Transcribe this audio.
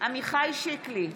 עמיחי שיקלי,